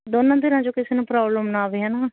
ਦੋਨਾਂ ਧਿਰਾਂ 'ਚੋਂ ਕਿਸੇ ਨੂੰ ਪ੍ਰੋਬਲਮ ਨਾ ਆਵੇ ਹੈ ਨਾ